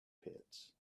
pits